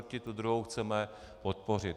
Tu druhou chceme podpořit.